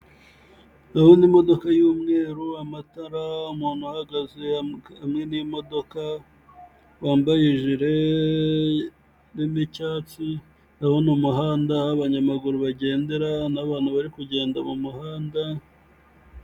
Ndabona imodoka y'umweru, amatara, umuntu uhagaze hamwe n'imodoka, wambaye ijire irimo icyatsi, ndabona umuhanda aho abanyamaguru bagendera n'abantu bari kugenda mu muhanda